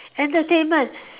entertainment